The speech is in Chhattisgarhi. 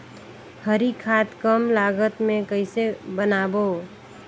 हरी खाद कम लागत मे कइसे बनाबो?